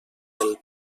del